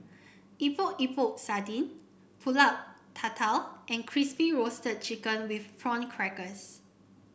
Epok Epok Sardin pulut Tatal and Crispy Roasted Chicken with Prawn Crackers